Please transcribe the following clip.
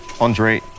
Andre